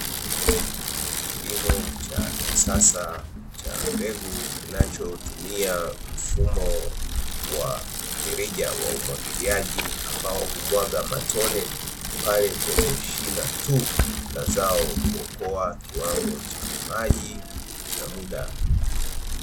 Kilimo cha kisasa cha mbegu kinachotumia mfumo wa kisasa wa mirija ya umwagiliaji, ambayo humwaga matoni pale kwenye shina tu la zao, na kuokoa kiwango cha maji na muda.